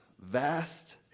Vast